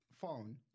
phone